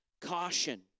caution